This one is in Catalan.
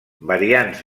variants